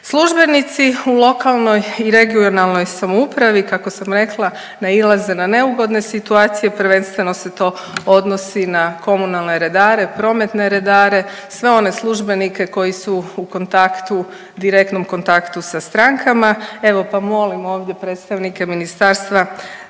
Službenici u lokalnoj i regionalnoj samoupravi kako sam rekla, nailaze na neugodne situacije prvenstveno se to odnosi na komunalne redare, prometne redare, sve one službenike koji su u kontaktu, direktnom kontaktu sa strankama. Evo pa molim ovdje predstavnika ministarstva